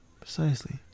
Precisely